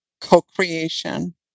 co-creation